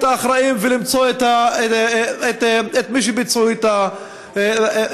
האחראים ולמצוא את מי שביצעו את המעשה.